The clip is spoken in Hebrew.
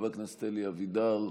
חבר הכנסת אלי אבידר,